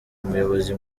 umuyobozi